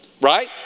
right